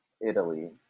Italy